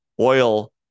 oil